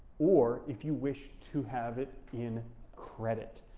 or if you wish to have it in credit.